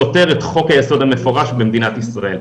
זה סותר את חוק היסוד המפורש במדינת ישראל.